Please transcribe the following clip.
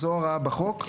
זו הוראה בחוק.